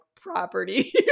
property